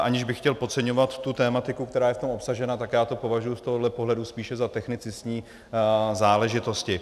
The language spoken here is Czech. Aniž bych chtěl podceňovat tu tematiku, která je v tom obsažena, tak to považuji z tohoto pohledu spíše za technicistní záležitosti.